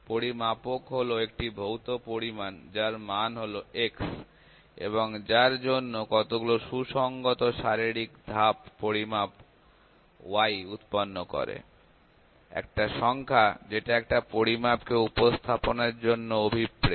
পরিমাপক হল একটি ভৌত পরিমাণ যার মান হল x এবং যার জন্য কতগুলো সুসঙ্গত শারীরিক ধাপ পরিমাপ y উৎপন্ন করে একটা সংখ্যা যেটা একটা পরিমাপকে উপস্থাপনের জন্য অভিপ্রেত